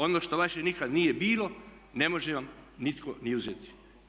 Ono što vaše nikad nije bilo ne može vam nitko ni uzeti.